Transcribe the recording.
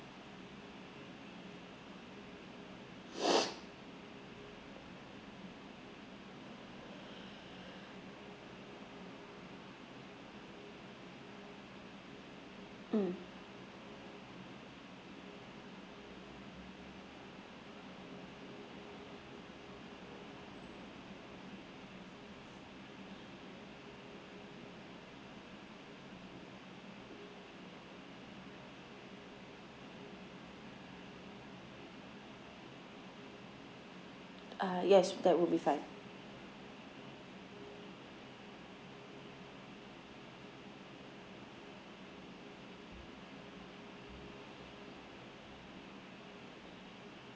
mm uh yes that would be fine